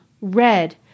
red